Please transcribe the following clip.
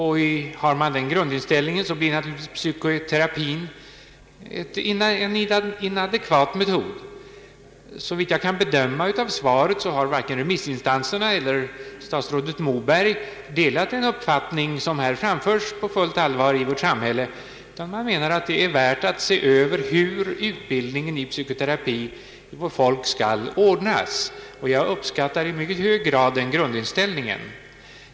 Har man den grundinställningen blir naturligtvis psykoterapin en inadekvat metod. Såvitt jag kan bedöma av svaret har varken remissinstanserna eller statsrådet Moberg delat denna uppfattning som framförs på fullt allvar i vår kulturdebatt. De menar i stället att det är värt att se över hur psykoterapin skall ordnas för vårt folk. Den grundinställningen uppskattar jag i mycket hög grad.